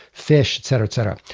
fish, etc. etc.